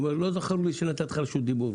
נאמר: לא זכור לי שנתתי לך רשות דיבור.